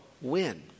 win